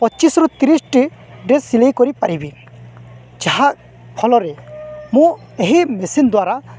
ପଚିଶରୁୁ ତିରିଶଟି ଡ୍ରେସ୍ ସିଲେଇ କରିପାରିବି ଯାହାଫଳରେ ମୁଁ ଏହି ମେସିନ୍ ଦ୍ୱାରା